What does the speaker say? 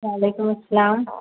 وعلیکم السلام